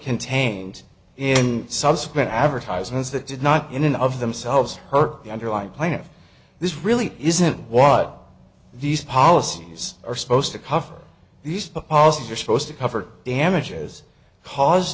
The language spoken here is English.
contained in subsequent advertisements that did not in and of themselves hurt the underlying point this really isn't what these policies are supposed to cover these policies are supposed to cover damages cause